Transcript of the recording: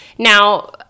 Now